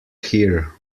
here